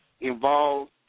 involved